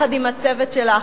יחד עם הצוות שלך,